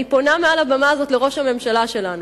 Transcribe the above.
אני פונה מעל הבמה הזו לראש הממשלה שלנו.